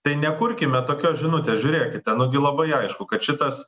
tai nekurkime tokios žinutės žiūrėkite nu gi labai aišku kad šitas